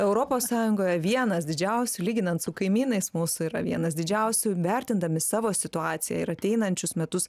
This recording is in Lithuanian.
europos sąjungoje vienas didžiausių lyginant su kaimynais mūsų yra vienas didžiausių vertindami savo situaciją ir ateinančius metus